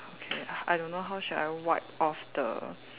okay I don't know how should I wipe off the